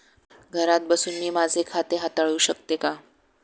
घरात बसून मी माझे खाते हाताळू शकते का?